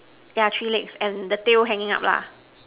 yeah three legs and the tail hanging up lah